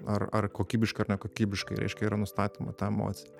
ar ar kokybiška ar nekokybiška reiškia yra nustatoma ta emocija